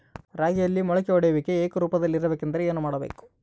ರಾಗಿಯಲ್ಲಿ ಮೊಳಕೆ ಒಡೆಯುವಿಕೆ ಏಕರೂಪದಲ್ಲಿ ಇರಬೇಕೆಂದರೆ ಏನು ಮಾಡಬೇಕು?